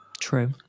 true